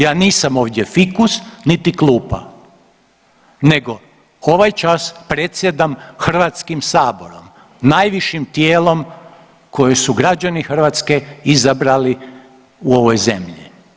Ja nisam ovdje fikus niti klupa nego ovaj čas predsjedam Hrvatskim saborom, najvišim tijelom koje su građani Hrvatske izabrali u ovoj zemlji.